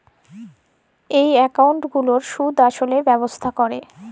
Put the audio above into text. ই account গুলার সুদ আসে ব্যবছা ক্যরে